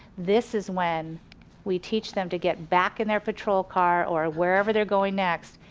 this is when we teach them to get back in their patrol car or wherever they're going next,